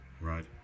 Right